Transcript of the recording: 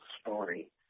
story